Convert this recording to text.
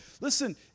Listen